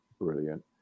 brilliant